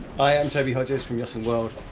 i am toby hodges from yachting world.